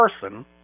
person